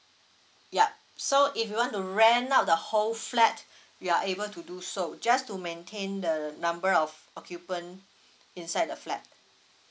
yup so if you want to rent out the whole flat you are able to do so just to maintain the number of occupant inside the flat